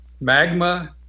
magma